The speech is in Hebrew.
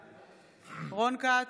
בעד רון כץ,